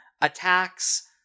attacks